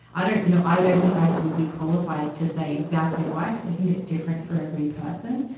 i don't know i don't think i would be qualified to say exactly why, because i think it's different for every person.